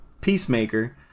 Peacemaker